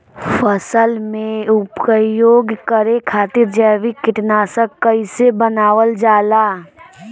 फसल में उपयोग करे खातिर जैविक कीटनाशक कइसे बनावल जाला?